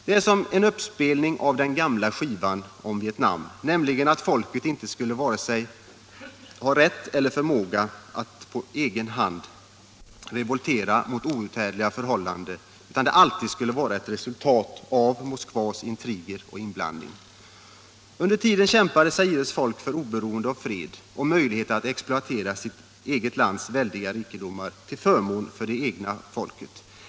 Det är som en uppspelning av den gamla skivan om Vietnam, nämligen att folket inte skulle ha vare sig rätt eller förmåga att på egen hand revoltera mot outhärdliga förhållanden utan att det alltid skulle vara ett resultat av ”Mosk Under tiden kämpar Zaires folk för oberoende och fred och möjlighet att exploatera sitt lands väldiga rikedomar till förmån för det egna folket.